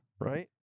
Right